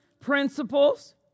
principles